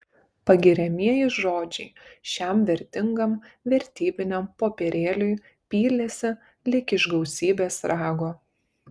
pagiriamieji žodžiai šiam vertingam vertybiniam popierėliui pylėsi lyg iš gausybės rago